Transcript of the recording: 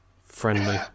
Friendly